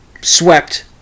swept